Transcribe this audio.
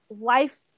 life